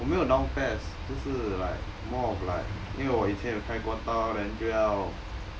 我没有 down PES 就是 like more of like 因为我以前有开过刀 then 就要